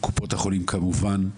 קופות החולים כמובן,